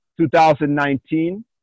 2019